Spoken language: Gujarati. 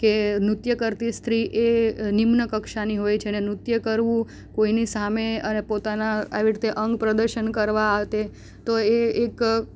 કે નૃત્ય કરતી સ્ત્રી એ નિમ્ન કક્ષાની હોય છે ને નૃત્ય કરવું કોઈની સામે પોતાના આવી રીતે અંગ પ્રદર્શન કરવા આ તે તો એ એક